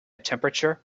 temperature